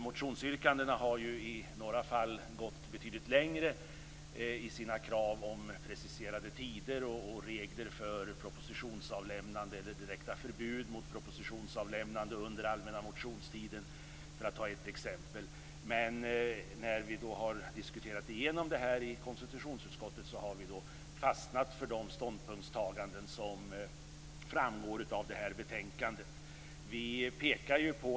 Motionsyrkandena har i några fall gått betydligt längre, med krav på preciserade tider och regler för propositionsavlämnande, t.ex. direkt förbud mot propositionsavlämnande under allmänna motionstiden, men när vi har diskuterat igenom det här i konstitutionsutskottet har vi fastnat för de ståndpunktstaganden som framgår av betänkandet.